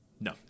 No